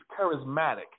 charismatic